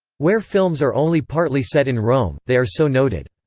where films are only partly set in rome, they are so noted.